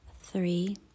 three